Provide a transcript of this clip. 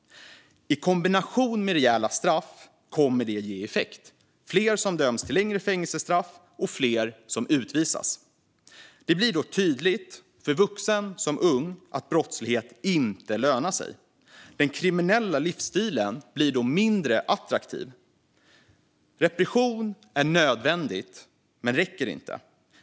I kombination med rejäla straff kommer det att ge effekt. Det blir fler som döms till längre fängelsestraff och fler som utvisas. Det blir då tydligt för såväl vuxen som ung att brottslighet inte lönar sig. Den kriminella livsstilen blir då mindre attraktiv. Repression är nödvändigt, men det räcker inte.